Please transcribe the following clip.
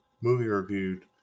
movie-reviewed